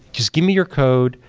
just give me your code,